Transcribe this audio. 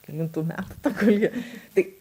kelintų metų ta kolje tai